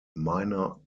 minor